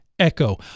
Echo